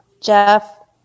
Jeff